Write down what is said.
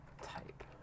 type